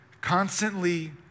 constantly